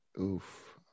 Oof